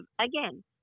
again